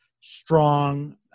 strong